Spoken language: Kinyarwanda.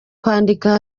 kwandika